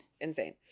Insane